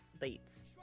Beats